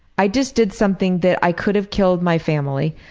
i just did something that i could have killed my family,